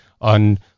on